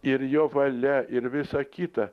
ir jo valia ir visa kita